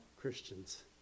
Christians